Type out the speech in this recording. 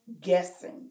guessing